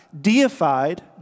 deified